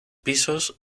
pisos